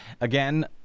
Again